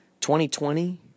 2020